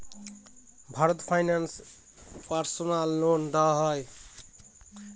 Bharat finance এ personal loan দেওয়া হয়?